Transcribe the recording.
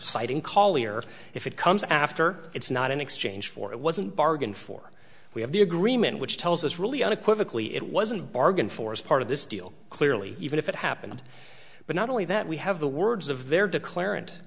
citing cawley or if it comes after it's not in exchange for it wasn't bargained for we have the agreement which tells us really unequivocally it wasn't bargained for as part of this deal clearly even if it happened but not only that we have the words of their